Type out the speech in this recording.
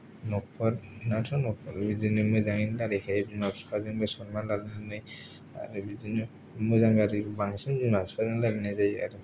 नखर नाथ' नखर बिदिनो मोजाङैनो रायलायखायो बिमा फिपाजोंबो सनमान लानानै आरो बिदिनो मोजां गाज्रि बांसिन बिमा फिपाजों रायलायनाय जायो आरो